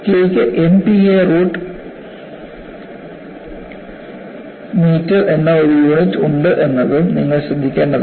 Kക്ക് MPa root metre എന്ന ഒരു unit ഉണ്ടെന്നതും നിങ്ങൾ ശ്രദ്ധിക്കേണ്ടതാണ്